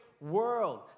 world